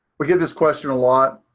we get this question a lot.